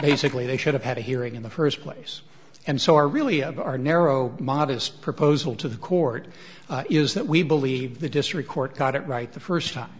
basically they should have had a hearing in the st place and so our really of our narrow modest proposal to the court is that we believe the district court got it right the st time